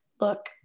look